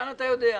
פה אתה יודע.